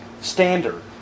standard